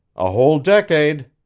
a whole decade,